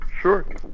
sure